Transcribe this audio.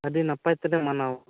ᱟᱹᱰᱤ ᱱᱟᱯᱟᱭ ᱛᱮᱞᱮ ᱢᱟᱱᱟᱣᱟ